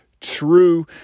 true